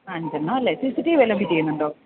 ആ അഞ്ചെണ്ണം അല്ലേ സി സി ടി വി വല്ലതും ഫിറ്റ് ചെയ്യുന്നുണ്ടോ